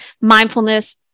Mindfulness